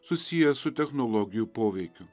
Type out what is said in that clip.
susijęs su technologijų poveikiu